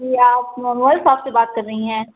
جی آپ موبائل ساپ سے بات کر رہی ہیں